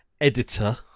editor